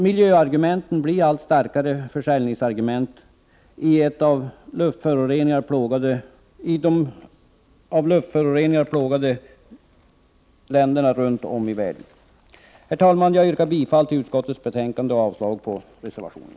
Miljöargumenten blir allt starkare försäljningsargument i de av luftföroreningar plågade länderna runt om i världen. Herr talman! Jag yrkar bifall till utskottets hemställan och avslag på reservationerna.